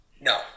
No